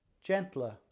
gentler